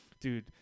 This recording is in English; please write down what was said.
Dude